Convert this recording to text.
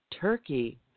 Turkey